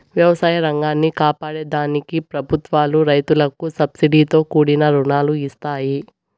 వ్యవసాయ రంగాన్ని కాపాడే దానికి ప్రభుత్వాలు రైతులకు సబ్సీడితో కూడిన రుణాలను ఇస్తాయి